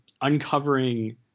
uncovering